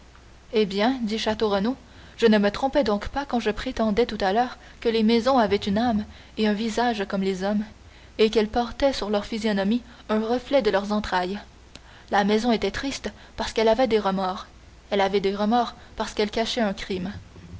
eh bien dit château renaud je ne me trompais donc pas quand je prétendais tout à l'heure que les maisons avaient une âme et un visage comme les hommes et qu'elles portaient sur leur physionomie un reflet de leurs entrailles la maison était triste parce qu'elle avait des remords elle avait des remords parce qu'elle cachait un crime